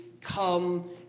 come